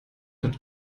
hat